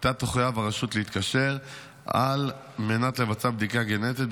שאיתה תחויב הרשות להתקשר על מנת לבצע בדיקה גנטית,